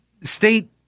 state